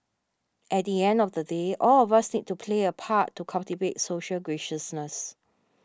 at the end of the day all of us need to play a part to cultivate social graciousness